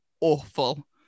awful